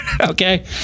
Okay